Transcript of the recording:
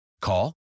Call